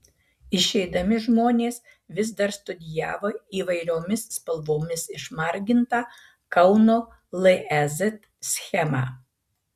išeidami žmonės vis dar studijavo įvairiomis spalvomis išmargintą kauno lez schemą